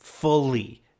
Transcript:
Fully